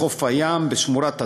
בחוף הים, בשמורת הטבע,